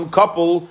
couple